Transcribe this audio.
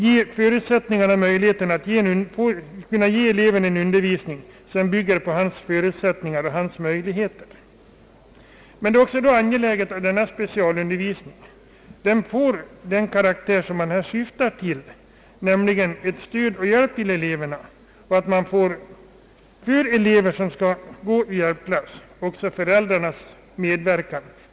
De skapar möjligheter att ge eleven en undervisning som bygger på hans förutsättningar och läggning. Men det är också angeläget att denna specialundervisning får den karaktär som man enligt undervisningsplanen syftar till — den skall vara ett stöd och en hjälp för eleverna.